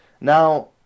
Now